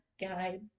guide